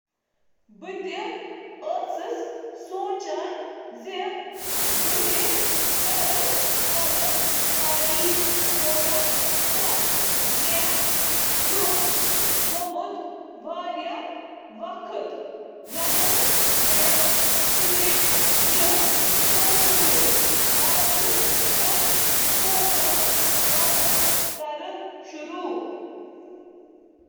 مےٚ چھُ باسان زِ بہٕ کَرٕ کلام کری شروٗع۔ مےٚ چھُنہٕ یہِ واریٛاہ کالَس تام کرُن۔ وۄنۍ چھُ مےٚ باسان بہٕ کَرٕ یہِ شروع۔